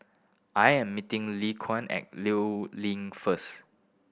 I am meeting Lekuan at Liu Link first